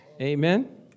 Amen